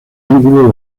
ángulo